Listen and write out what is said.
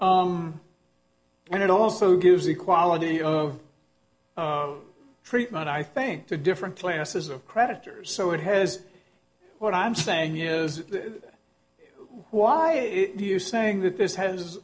s and it also gives the quality of treatment i think to different classes of creditors so it has what i'm saying is why are you saying that this has